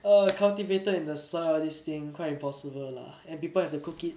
err cultivated in the sa~ this thing quite impossible lah and people have to cook it